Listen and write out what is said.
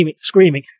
screaming